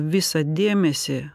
visą dėmesį